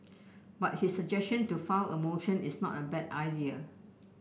but his suggestion to file a motion is not a bad idea